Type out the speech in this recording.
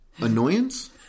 Annoyance